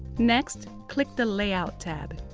next, click the layout tab.